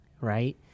right